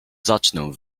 zacznę